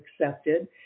accepted